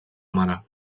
mare